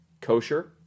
kosher